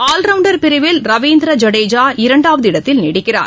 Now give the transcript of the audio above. all rounder பிரிவில் ரவீந்திர ஜடேஜா இரண்டாவது இடத்தில் நீடிக்கிறார்